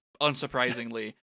unsurprisingly